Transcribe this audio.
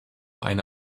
eine